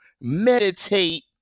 meditate